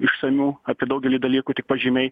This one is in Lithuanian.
išsamių apie daugelį dalykų tik pažymiai